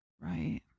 right